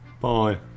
bye